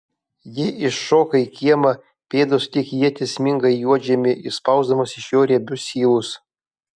ji iššoka į kiemą pėdos lyg ietys sminga į juodžemį išspausdamos iš jo riebius syvus